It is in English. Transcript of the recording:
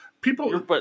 People